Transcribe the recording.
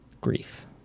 grief